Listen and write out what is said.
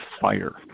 fire